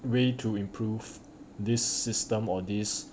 way to improve this system or these